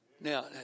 Now